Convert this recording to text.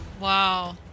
Wow